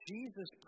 Jesus